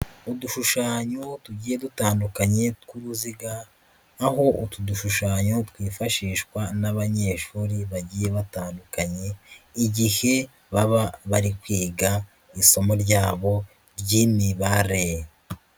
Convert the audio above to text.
Udushushanyo tugiye dutandukanye tw'uruziga, aho utu dushushanyo twifashishwa n'abanyeshuri bagiye batandukanye igihe baba bari kwiga isomo ryabo ry'imibare.